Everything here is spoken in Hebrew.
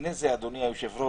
לפני כן, אדוני היושב-ראש,